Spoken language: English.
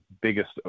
biggest